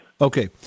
Okay